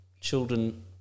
children